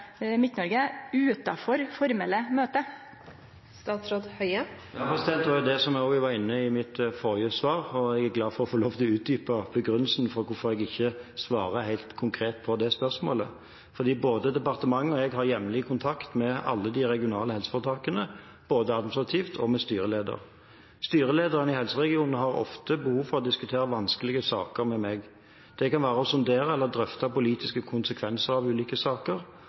formelle møte? Ja, det var det jeg var inne på i mitt forrige svar, og jeg er glad for å få lov til å utdype begrunnelsen for hvorfor jeg ikke svarer helt konkret på det spørsmålet. Både departementet og jeg har jevnlig kontakt med alle de regionale helseforetakene, både administrativt og med styrelederen. Styrelederen i helseregionen har ofte behov for å diskutere vanskelige saker med meg. Det kan være å sondere eller drøfte politiske konsekvenser av ulike saker,